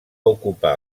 ocupar